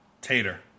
Tater